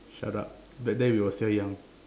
shut up back then we were still young